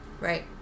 Right